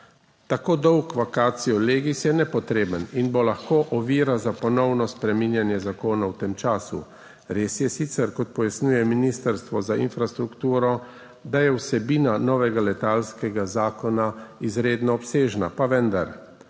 Tako dolg vacatio legis je nepotreben in bo lahko ovira za ponovno spreminjanje zakona v tem času. Res je sicer, kot pojasnjuje Ministrstvo za infrastrukturo, da je vsebina novega letalskega zakona izredno obsežna, pa vendar,